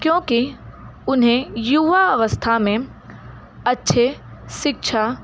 क्योंकि उन्हें युवा अवस्था में अच्छे शिक्षा